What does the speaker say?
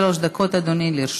שלוש דקות, אדוני, לרשותך.